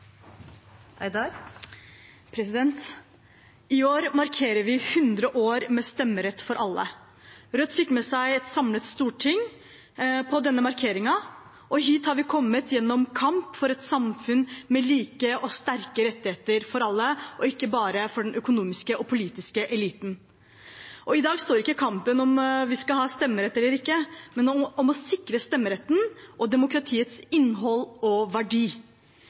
I år markerer vi hundre år med stemmerett for alle. Rødt fikk med seg et samlet storting på denne markeringen. Hit har vi kommet gjennom kamp for et samfunn med like og sterke rettigheter for alle og ikke bare for den økonomiske og politiske eliten. I dag står ikke kampen om hvorvidt vi skal ha stemmerett eller ikke, men om å sikre stemmeretten og demokratiets innhold og verdi.